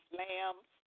lambs